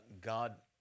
God